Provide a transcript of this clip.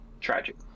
Tragic